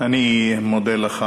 אני מודה לך.